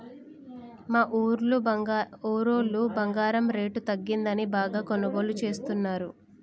మా ఊరోళ్ళు బంగారం రేటు తగ్గిందని బాగా కొనుగోలు చేస్తున్నరు